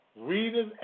Readers